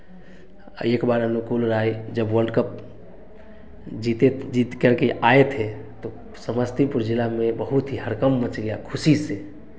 और एक बार अनुकूल राय जब वर्ल्ड कप जीते जीत करके आए थे तो समस्तीपुर जिला में बहुत ही हड़कंप मच गया खुशी से